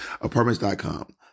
Apartments.com